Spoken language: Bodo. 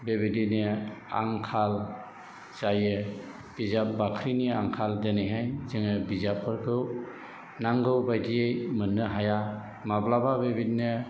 बेबादिनो आंखाल जायो बिजाब बाख्रिनि आंखाल दिनैहाय जोङो बिजाबफोरखौ नांगौ बायदियै मोननो हाया माब्लाबा बेबायदिनो